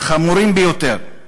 חמורים ביותר.